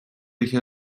یکی